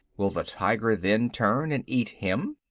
will the tiger then turn and eat him?